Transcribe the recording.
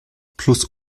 plus